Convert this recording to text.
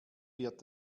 wird